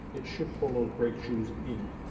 it should pull those brake shoes in